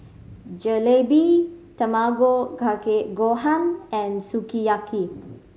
Jalebi Tamago Kake Gohan and Sukiyaki